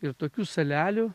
ir tokių salelių